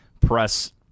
press